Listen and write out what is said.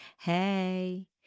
hey